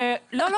לא,